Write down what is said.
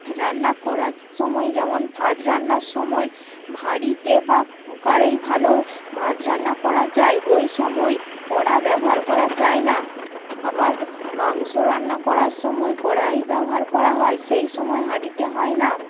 রান্না করার সময় যেমন ভাত রান্নার সময় হাঁড়িতে বা কুকারেই ভালো ভাত রান্না করা যায় ওই সময়েই কড়া ব্যবহার করা যায় না আবার মাংস রান্না করার সময় কড়াই ব্যবহার করা হয় সেই সময় হাঁড়িতে হয় না